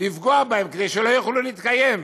לפגוע בהם כדי שלא יוכלו להתקיים?